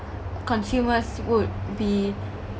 consumers would be